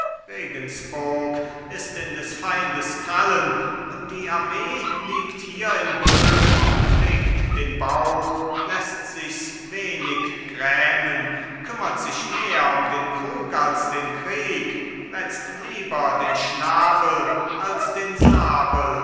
regenspurg ist in des feindes krallen und die armee liegt hier in böhmen pflegt den bauch läßt sichs wenig grämen kümmert sich mehr um den krug als den krieg wetzt lieber den schnabel als den sabel